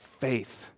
faith